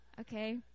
Okay